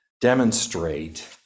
demonstrate